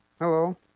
Hello